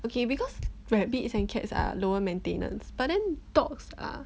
okay because rabbits and cats are lower maintenance but then dogs are